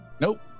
nope